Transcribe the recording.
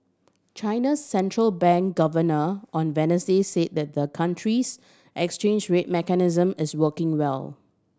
China's central bank governor on Wednesday said the the country's exchange rate mechanism is working well